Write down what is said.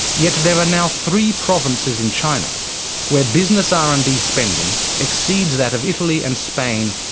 yet there are now three provinces in china where business r and d spending exceeds that of italy and spain,